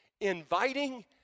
Inviting